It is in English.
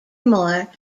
moore